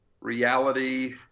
reality